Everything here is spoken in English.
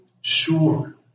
sure